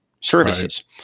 services